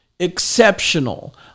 exceptional